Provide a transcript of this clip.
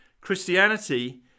Christianity